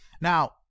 Now